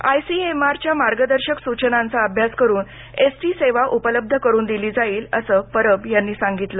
आयसीएमआरच्या मार्गदर्शक सूचनांचा अभ्यास करून एसटी सेवा उपलब्ध करून दिली जाईल असं परब यांनी सांगितलं